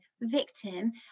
victim